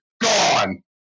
gone